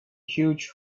huge